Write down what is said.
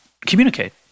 communicate